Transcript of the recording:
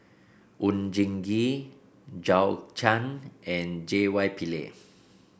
Oon Jin Gee Zhou Can and J Y Pillay